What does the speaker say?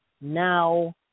Now